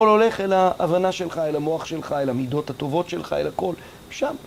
הכל הולך אל ההבנה שלך, אל המוח שלך, אל המידות הטובות שלך, אל הכל, שם.